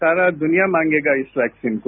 सारा दुनिया मांगेगा इस वैक्सीन को